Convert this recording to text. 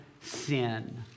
sin